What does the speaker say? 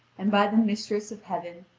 and by the mistress of heaven,